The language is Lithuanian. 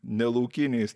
ne laukiniais